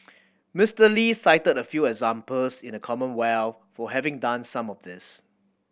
Mister Lee cited a few examples in the Commonwealth for having done some of this